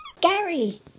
Gary